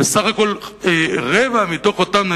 בסך הכול רבע מתוך אותם,